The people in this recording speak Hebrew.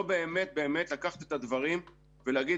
לא באמת לקחו את הדברים ולומר,